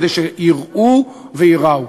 כדי שיראו וייראו.